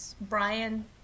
Brian